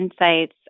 insights